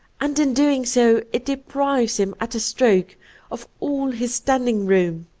and in doing so it deprives him at a stroke of all his standing-room.